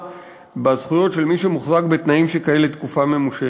בזכויות של מי שמוחזק בתנאים שכאלה תקופה ממושכת: